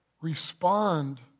Respond